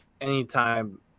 anytime